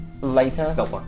later